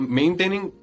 maintaining